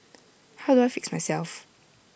how do I fix myself